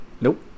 Nope